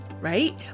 right